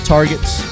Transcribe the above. Targets